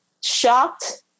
shocked